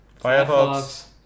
Firefox